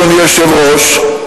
אדוני היושב-ראש,